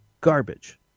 garbage